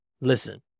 listen